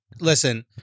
Listen